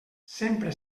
sempre